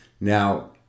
now